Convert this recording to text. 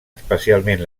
especialment